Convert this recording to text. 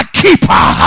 keeper